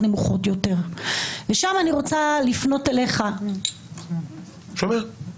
אנחנו יודעים שבמקומות שונים בעולם